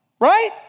Right